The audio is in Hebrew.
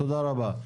תודה רבה.